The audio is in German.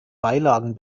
beilagen